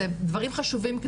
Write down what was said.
זה דברים חשובים,